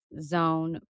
zone